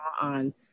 on